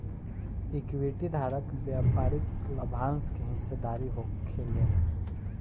equity धारक व्यापारिक लाभांश के हिस्सेदार होखेलेन